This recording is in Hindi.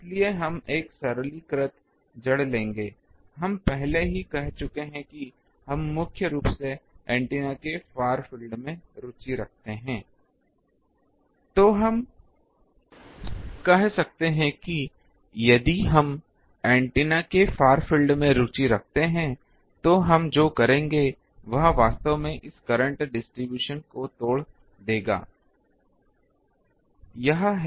इसलिए हम एक सरलीकृत जड़ लेंगे हम पहले ही कह चुके हैं कि हम मुख्य रूप से एंटेना के फार फील्ड में रुचि रखते हैं तो हम कह सकते हैं कि यदि हम एंटेना के फार फील्ड रुचि रखते हैं तो हम जो करेंगे वह वास्तव में इस करंट डिस्ट्रीब्यूशन को तोड़ देगा यह है